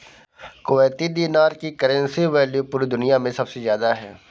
Kuwaiti dinar की currency value पूरी दुनिया मे सबसे ज्यादा है